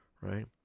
right